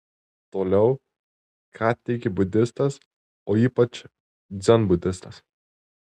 toliau ką tiki budistas o ypač dzenbudistas